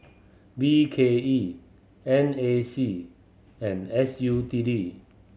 B K E N A C and S U T D